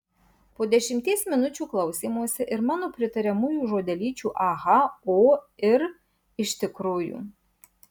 po dešimties minučių klausymosi ir mano pritariamųjų žodelyčių aha o ir iš tikrųjų